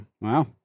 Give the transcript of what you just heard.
Wow